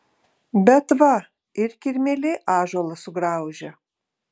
bet va ir kirmėlė ąžuolą sugraužia